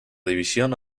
división